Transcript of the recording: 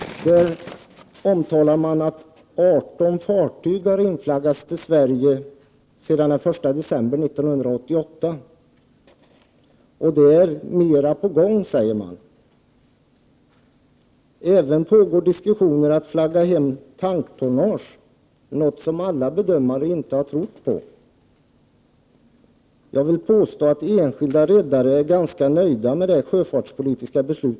Där omtalade man att 18 fartyg inflaggats till Sverige sedan den 1 december 1988. Det är fler på gång, sade man. Det pågår även diskussioner om att flagga hem tanktonnage, något som alla bedömare inte har trott på. Jag vill påstå att enskilda redare är ganska nöjda med gällande sjöfartspolitiska beslut.